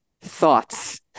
thoughts